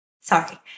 Sorry